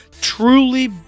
truly